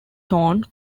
tone